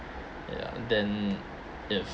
ya then if